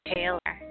Taylor